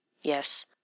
Yes